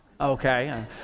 Okay